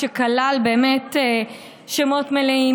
שכלל שמות מלאים,